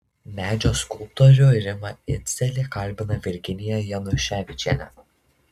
medžio skulptorių rimą idzelį kalbina virginija januševičienė